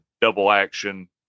double-action